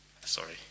sorry